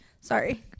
Sorry